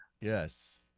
Yes